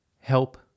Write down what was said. Help